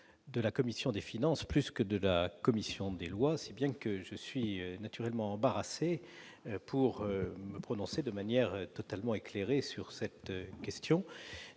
de la commission des finances que de la commission des lois, si bien que je suis naturellement embarrassé de ne pas pouvoir me prononcer de manière éclairée sur cette question.